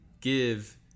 give